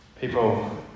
people